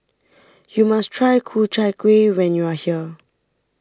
you must try Ku Chai Kueh when you are here